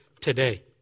today